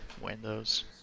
windows